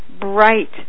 bright